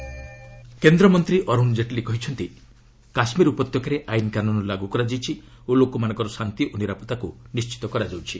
ଜେଟଲୀ କାଶ୍ୱୀର କେନ୍ଦ୍ରମନ୍ତ୍ରୀ ଅ ଅରୁଣ ଜେଟଲୀ କହିଛନ୍ତି କାଶ୍ମୀର ଉପତ୍ୟକାରେ ଆଇନ୍କାନ୍ରନ୍ ଲାଗ୍ର କରାଯାଉଛି ଓ ଲୋକମାନଙ୍କ ଶାନ୍ତି ଓ ନିରାପତ୍ତାକୃ ନିଶ୍ଚିତ କରାଯାଉଛି